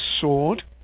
sword